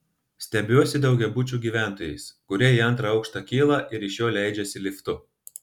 stebiuosi daugiabučių gyventojais kurie į antrą aukštą kyla ir iš jo leidžiasi liftu